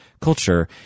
culture